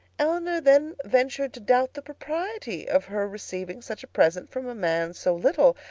elinor then ventured to doubt the propriety of her receiving such a present from a man so little,